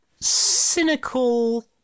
cynical